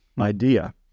idea